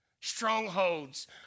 Strongholds